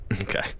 Okay